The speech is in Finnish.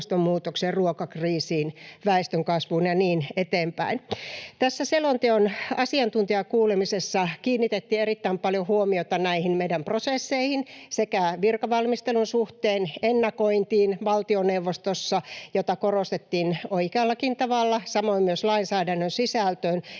ruokakriisiin, väestönkasvuun ja niin eteenpäin. Tässä selonteon asiantuntijakuulemisessa kiinnitettiin erittäin paljon huomiota näihin meidän prosesseihimme sekä virkavalmistelun suhteen ennakointiin valtioneuvostossa, jota korostettiin oikeallakin tavalla, samoin myös lainsäädännön sisältöön